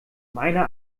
meine